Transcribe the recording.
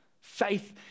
Faith